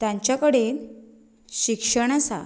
तांच्या कडेन शिक्षण आसा